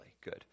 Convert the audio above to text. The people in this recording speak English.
Good